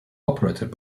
operated